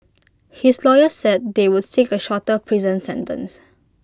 his lawyer said they would seek A shorter prison sentence